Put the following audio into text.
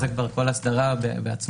זה כבר כל אסדרה בעצמה.